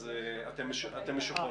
אז אתם משוחררים.